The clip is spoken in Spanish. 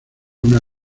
una